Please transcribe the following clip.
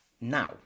Now